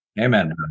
amen